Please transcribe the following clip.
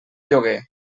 lloguer